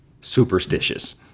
superstitious